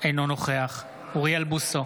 אינו נוכח אוריאל בוסו,